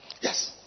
Yes